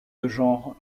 genre